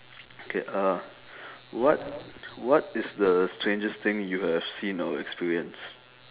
okay uh what what is the strangest thing you have seen or experienced